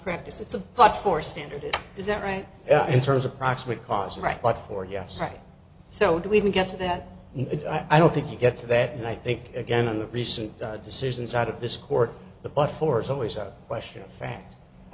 practice it's a part for standard is that right in terms of proximate cause right but for yes ok so do we even get to that i don't think you get to that and i think again in the recent decisions out of this court the but force always a question of fact i